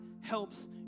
helps